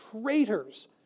traitors